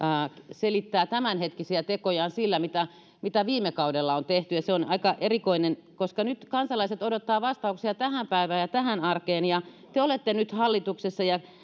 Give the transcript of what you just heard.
selittää tämänhetkisiä tekojaan sillä mitä mitä viime kaudella on tehty se on aika erikoista koska nyt kansalaiset odottavat vastauksia tähän päivään ja tähän arkeen ja te te olette nyt hallituksessa ja